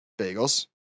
bagels